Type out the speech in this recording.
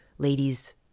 Ladies